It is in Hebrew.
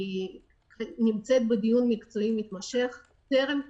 היא נמצאת בדיון מקצועי מתמשך, טרם תוקצבה.